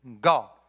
God